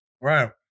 Right